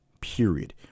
period